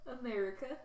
America